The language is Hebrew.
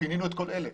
פינינו את כל אלה.